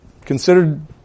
considered